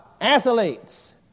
Athletes